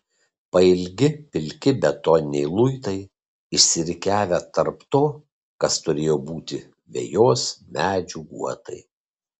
pailgi pilki betoniniai luitai išsirikiavę tarp to kas turėjo būti vejos medžių guotai